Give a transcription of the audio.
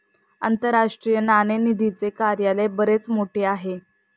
आंतरराष्ट्रीय नाणेनिधीचे कार्यालय बरेच मोठे आहे